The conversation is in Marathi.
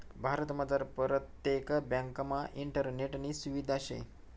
भारतमझार परतेक ब्यांकमा इंटरनेटनी सुविधा शे